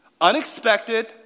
unexpected